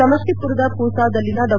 ಸಮಷ್ಟಿಪುರದ ಪೊಸಾದಲ್ಲಿನ ಡಾ